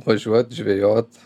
važiuot žvejot